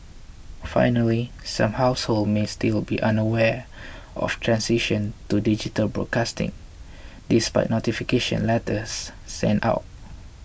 finally some households may still be unaware of transition to digital broadcasting despite notification letters sent out